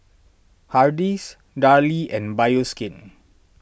Hardy's Darlie and Bioskin